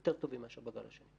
יותר טובים מאשר בגל השני.